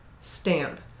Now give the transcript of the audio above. stamp